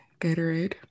gatorade